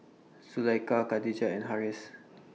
Zulaikha Khadija and Harris